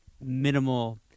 minimal